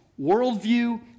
worldview